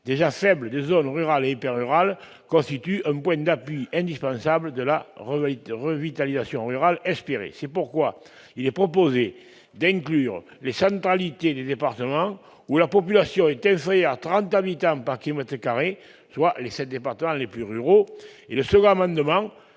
déjà faible des zones rurales épais rural constitue un point d'appui indispensable de la réalité revitalisation rurale espérer, c'est pourquoi il est proposé d'inclure les sa neutralité du département où la population était à 30 habitants par Timothée carré, soit les 7 départements les plus ruraux et le second amendement